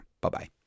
Bye-bye